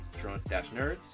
Drunk-Nerds